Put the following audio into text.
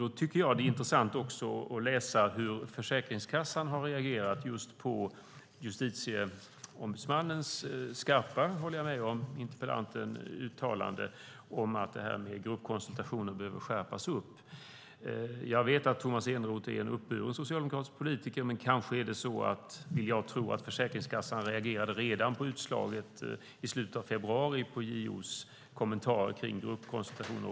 Då tycker jag att det är intressant att läsa hur Försäkringskassan har reagerat just på Justitieombudsmannens skarpa - jag håller med interpellanten - uttalande om att det här med gruppkonsultationer behöver skärpas. Jag vet att Tomas Eneroth är en uppburen socialdemokratisk politiker. Men kanske är det så, vilket jag tror, att Försäkringskassan reagerade redan i slutet av februari på JO:s kommentar kring gruppkonsultationer.